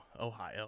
Ohio